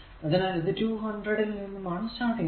അതിനാൽ ഇത് 200 ൽ നിന്നുമാണ് തുടങ്ങുന്നത്